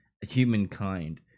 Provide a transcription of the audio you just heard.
humankind